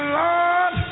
lord